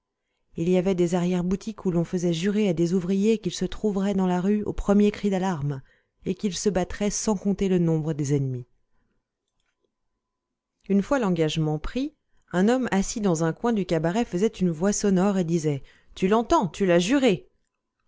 il y avait des arrière-boutiques où l'on faisait jurer à des ouvriers qu'ils se trouveraient dans la rue au premier cri d'alarme et qu'ils se battraient sans compter le nombre des ennemis une fois l'engagement pris un homme assis dans un coin du cabaret faisait une voix sonore et disait tu l'entends tu l'as juré